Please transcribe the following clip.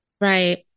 Right